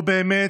או באמת,